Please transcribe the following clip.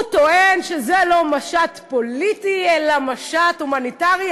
הוא טוען שזה לא משט פוליטי אלא משט הומניטרי.